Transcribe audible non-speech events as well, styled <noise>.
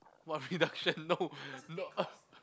what reduction no <laughs> no <laughs>